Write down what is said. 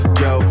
yo